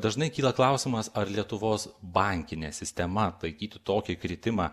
dažnai kyla klausimas ar lietuvos bankinė sistema atlaikytų tokį kritimą